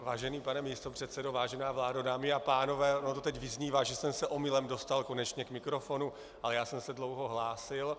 Vážený pane místopředsedo, vážená vládo, dámy a pánové, ono to teď vyznívá, že jsem se omylem dostal konečně k mikrofonu, ale já jsem se dlouho hlásil.